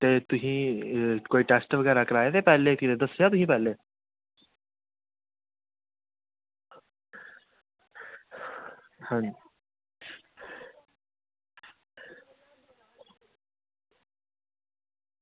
ते तुसें टेस्ट बगैरा कराये दे दस्सेआ कदें पैह्लें आं